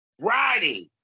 riding